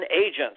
agents